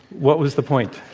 what was the point?